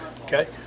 okay